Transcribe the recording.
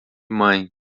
mãe